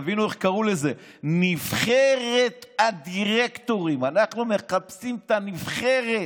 תבינו איך קראו לזה: "נבחרת הדירקטורים"; אנחנו מחפשים את הנבחרת.